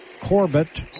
Corbett